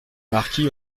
marquis